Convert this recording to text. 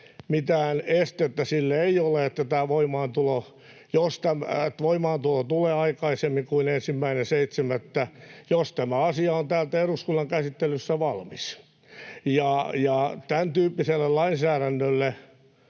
mitään estettä ei ole sille, että voimaantulo on aikaisemmin kuin 1.7., jos tämä asia on täältä eduskunnan käsittelystä valmis. Tämäntyyppisen lainsäädännön